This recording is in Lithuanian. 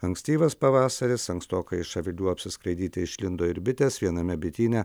ankstyvas pavasaris ankstokai iš avilių apsiskraidyti išlindo ir bitės viename bityne